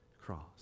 cross